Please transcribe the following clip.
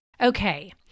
Okay